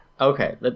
Okay